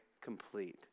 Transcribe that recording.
complete